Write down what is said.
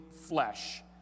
flesh